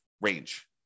range